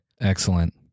Excellent